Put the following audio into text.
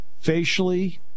Facially